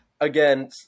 again